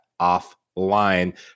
offline